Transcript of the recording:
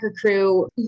crew